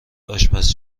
آشپز